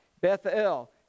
bethel